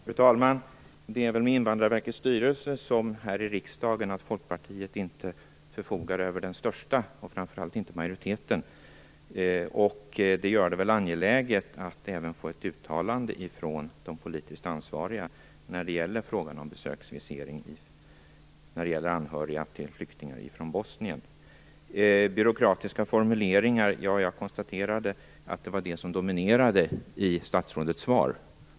Fru talman! Det är i Invandrarverkets styrelse liksom här i riksdagen så att Folkpartiet inte förfogar över den största representationen, framför allt inte över majoriteten. Det gör det angeläget att få ett uttalande även från de politiskt ansvariga när det gäller frågan om besöksviseringen av anhöriga till flyktingar från Bosnien. Jag konstaterade att byråkratiska formuleringar dominerade i statsrådets svar.